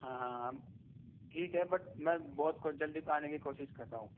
ہاں ہاں ہم ٹھیک ہے بٹ میں بہت جلدی آنے کی کوشش کر رہا ہوں